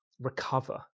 recover